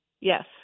Yes